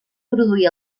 produir